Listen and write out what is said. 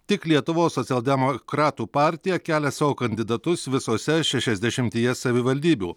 tik lietuvos socialdemokratų partija kelia savo kandidatus visose šešiasdešimtyje savivaldybių